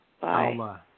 Bye